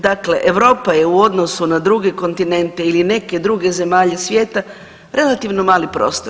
Dakle Europa je u odnosu na druge kontinente ili neke druge zemlje svijeta relativno mali prostor.